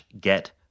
get